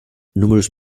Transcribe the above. numerous